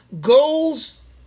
Goals